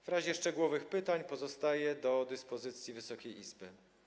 W razie szczegółowych pytań pozostaję do dyspozycji Wysokiej Izby.